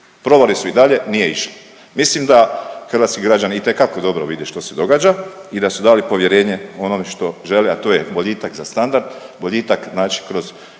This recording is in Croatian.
Probali su i dalje, nije išlo. Mislim da hrvatski građani itekako dobro vide što se događa i da su dali povjerenje onome što žele, a to je boljitak za standard, boljitak znači kroz